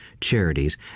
charities